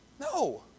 no